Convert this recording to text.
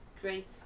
great